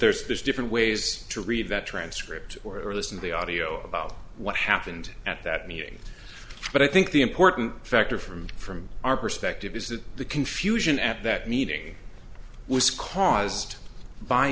there's this different ways to read veterans tripped or earliest in the audio about what happened at that meeting but i think the important factor from from our perspective is that the confusion at that meeting was caused by